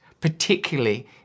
particularly